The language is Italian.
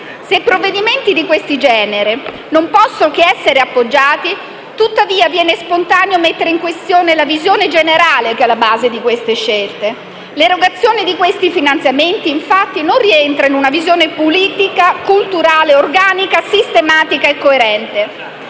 Se provvedimenti di questo genere non possono che essere appoggiati, tuttavia viene spontaneo mettere in questione la visione generale che è alla base di siffatte scelte. L'erogazione dei finanziamenti, infatti, non rientra in una visione politica e culturale organica, sistematica e coerente.